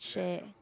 share